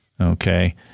Okay